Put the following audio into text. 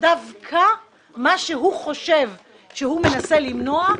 דווקא הוא מסתכן בדברים שהוא חושב שהוא מנסה למנוע.